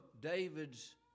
David's